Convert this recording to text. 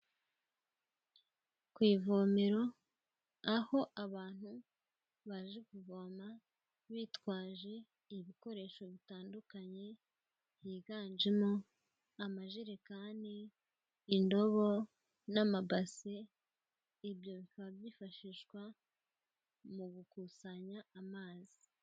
Ku ivomero aho abantu baje kuvoma bitwaje ibikoresho bitandukanye higanjemo amajerekani, indobo n'amabase ibyo bikaba byifashishwa mu gukusanya amazi.